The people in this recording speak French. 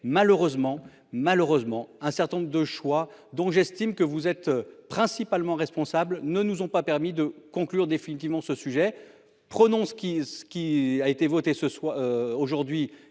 malheureusement un certain nombre de choix donc j'estime que vous êtes principalement responsable ne nous ont pas permis de conclure définitivement ce sujet, prenons ce qui ce qui a été votée ce soit aujourd'hui